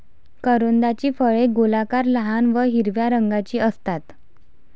करोंदाची फळे गोलाकार, लहान व हिरव्या रंगाची असतात